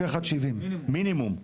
31.70. מינימום.